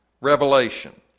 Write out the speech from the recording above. Revelation